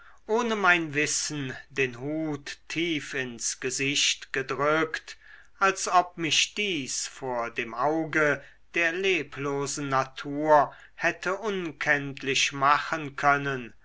ohne mein wissen den hut tief ins gesicht gedrückt als ob mich dies vor dem auge der leblosen natur hätte unkenntlich machen können